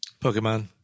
Pokemon